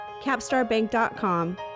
capstarbank.com